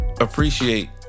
appreciate